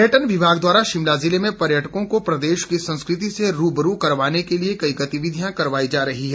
पर्यटन विभाग द्वारा शिमला ज़िले में पर्यटकों को प्रदेश की संस्कृति से रूबरू करवाने के लिए कई गतिविधियां करवाई जा रही हैं